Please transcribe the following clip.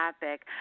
topic